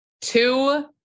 two